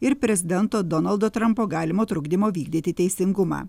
ir prezidento donaldo trampo galimo trukdymo vykdyti teisingumą